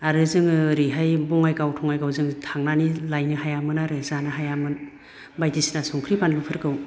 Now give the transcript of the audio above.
आरो जोङो ओरैहाय बङाइगाव थङाइगाव जों थांनानै लायनो हायामोन आरो जानो हायामोन बायदिसिना संख्रि बानलुफोरखौ